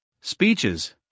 speeches